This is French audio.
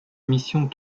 mission